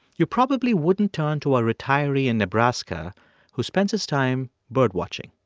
you probably wouldn't turn to a retiree in nebraska who spends his time bird-watching.